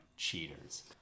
cheaters